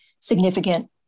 significant